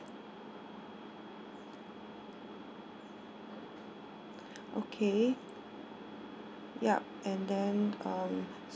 okay ya and then um